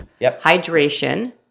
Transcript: hydration